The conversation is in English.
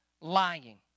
lying